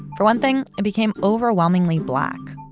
for one thing, it became overwhelmingly black.